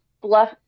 Bluff